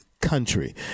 Country